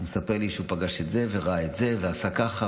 הוא מספר לי שהוא פגש את זה וראה את זה ועשה ככה.